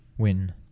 Win